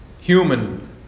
human